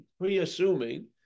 pre-assuming